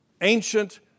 ancient